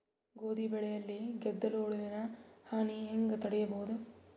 ಗೋಧಿ ಬೆಳೆಯಲ್ಲಿ ಗೆದ್ದಲು ಹುಳುವಿನ ಹಾನಿ ಹೆಂಗ ತಡೆಬಹುದು?